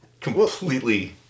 Completely